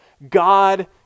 God